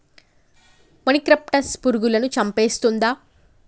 మొనిక్రప్టస్ పురుగులను చంపేస్తుందా?